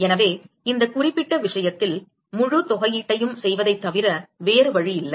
எனவே இந்த குறிப்பிட்ட விஷயத்தில் முழு தொகையீட்டையும் செய்வதைத் தவிர வேறு வழியில்லை